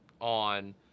on